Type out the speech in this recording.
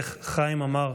איך חיים אמר?